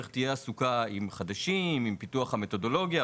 תהיה עסוקה עם חדשים ועם פיתוח המתודולוגיה.